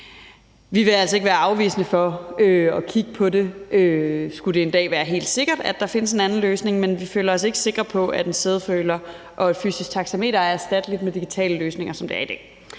Vi vil altså ikke være afvisende over for at kigge på det, skulle det en dag være helt sikkert, at der findes en anden løsning, men vi føler os ikke sikre på, at en sædeføler og et fysisk taxameter kan erstattes med digitale løsninger, som det er i dag.